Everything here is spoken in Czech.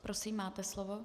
Prosím, máte slovo.